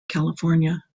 california